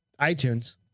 iTunes